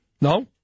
No